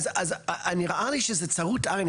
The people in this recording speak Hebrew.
אז נראה לי שזה צרות עין,